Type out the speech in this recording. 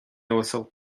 uasail